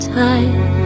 time